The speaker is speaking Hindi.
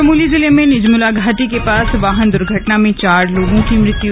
चमोली जिले में निजमुला घाटी के पास वाहन दुर्घटना में चार लोगों की मृत्यु